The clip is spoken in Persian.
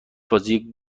بازی